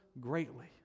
greatly